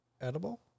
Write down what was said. edible